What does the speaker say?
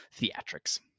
theatrics